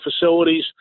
facilities